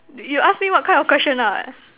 you ask me what kind of question not